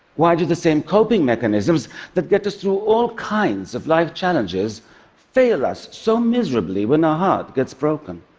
why do the same coping mechanisms that get us through all kinds of life challenges fail us so miserably when our heart gets broken?